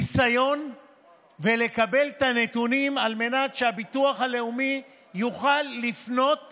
ניסיון לקבל את הנתונים על מנת שהביטוח הלאומי יוכל לפנות